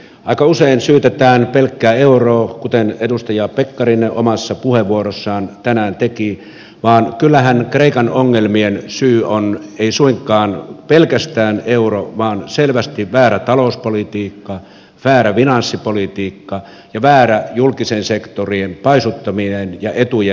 aika usein syytetään pelkkää euroa kuten edustaja pekkarinen omassa puheenvuorossaan tänään teki vaan kyllähän kreikan ongelmien syy on ei suinkaan pelkästään euro vaan selvästi väärä talouspolitiikka väärä finanssipolitiikka ja väärä julkisen sektorin paisuttaminen ja etujen jakaminen